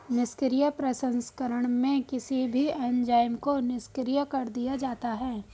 निष्क्रिय प्रसंस्करण में किसी भी एंजाइम को निष्क्रिय कर दिया जाता है